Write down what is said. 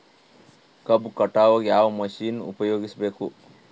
ಕಬ್ಬು ಕಟಾವಗ ಯಾವ ಮಷಿನ್ ಉಪಯೋಗಿಸಬೇಕು?